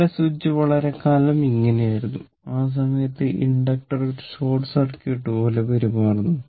ഇവിടെ സ്വിച്ച് വളരെക്കാലം ഇങ്ങനെയായിരുന്നു ആ സമയത്ത് ഇൻഡക്ടർ ഒരു ഷോർട്ട് സർക്യൂട്ട് പോലെ പെരുമാറുന്നു